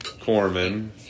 Corman